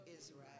Israel